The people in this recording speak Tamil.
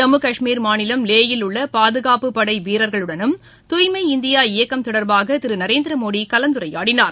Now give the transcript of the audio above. ஜம்மு கஷ்மீர் மாநிலம் லே யில் உள்ளபாதுகாப்புப்படைவீரர்களுடனும் தூய்மை இந்தியா இயக்கம் தொடர்பாகதிருநரேந்திரமோடிகலந்துரையாடினார்